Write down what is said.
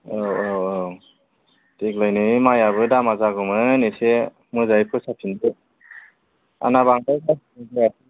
औ औ औ देग्लाय नै माइआबो दामा जागौमोन एसे मोजाङै फोसाबफिनदो आंना बांद्राय गाज्रि जायासै